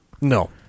no